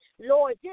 Lord